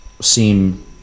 seem